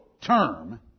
term